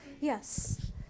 Yes